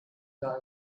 guy